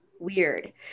Weird